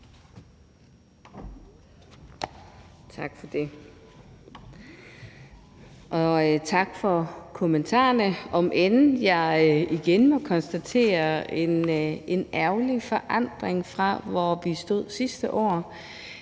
Tak for det. Og tak for kommentarerne, om end jeg igen må konstatere en ærgerlig forandring med mange af de